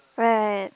right